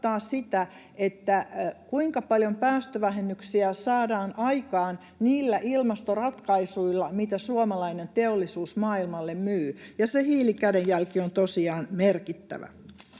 joka tarkoittaa sitä, kuinka paljon päästövähennyksiä saadaan aikaan niillä ilmastoratkaisuilla, mitä suomalainen teollisuus maailmalle myy, ja se hiilikädenjälki on tosiaan merkittävä.